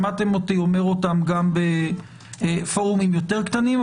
שמעתם אותי אומר אותם גם בפורומים יותר קטנים,